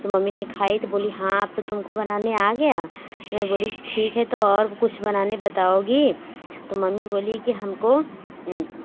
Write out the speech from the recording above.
तो मम्मी ने खाई तो बोली हाँ अब तो तुमको बनाने आ गया मैं बोली ठीक है तो और कुछ बनाने बतओगी तो मम्मी बोली कि हमको